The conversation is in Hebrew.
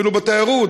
אפילו בתיירות,